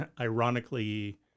ironically